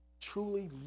truly